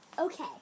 okay